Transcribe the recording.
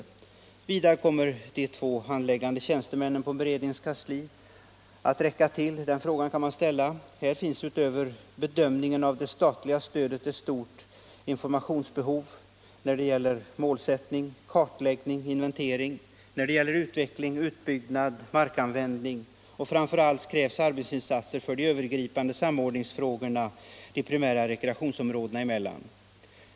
Vidare kan man ställa frågan: Kommer de två handläggande tjänstemännen på beredningens kansli att räcka till? Här finns utöver bedömningen av det statliga stödet ett stort informationsbehov när det gäller målsättning, kartläggning, inventering, när det gäller utveckling utbyggnad, markanvändning, och framför allt krävs arbetsinsatser för de övergripande samordningsfrågorna de primära rekreationsområdena emellan.